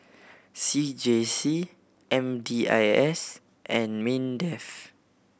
C J C M D I S and MINDEF